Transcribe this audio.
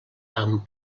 amb